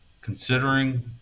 considering